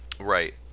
Right